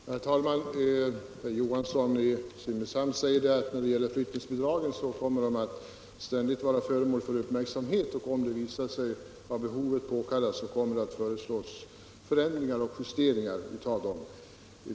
Herr talman! Herr Johansson i Simrishamn sade att flyttningsbidragen fortlöpande kommer att vara föremål för uppmärksamhet, och om det visar sig av behovet påkallat kommer det att föreslås förändringar och justeringar av dem.